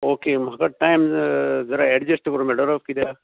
okay म्हाका time जरा adjust करूंक मेळटोलो कित्याक